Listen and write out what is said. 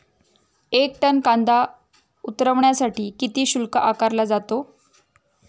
एक टन कांदा उतरवण्यासाठी किती शुल्क आकारला जातो?